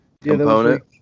component